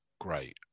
Great